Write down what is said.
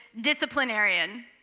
disciplinarian